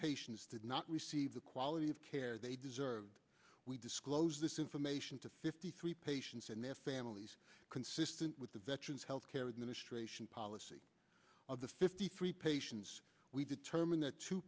patients did not receive the quality of care they deserved we disclose this information to fifty three patients and their families consistent with the veterans health care administration policy of the fifty three patients we determine that two